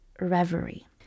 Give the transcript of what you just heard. reverie